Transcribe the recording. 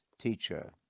teacher